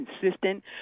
consistent